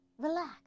relax